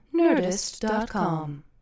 nerdist.com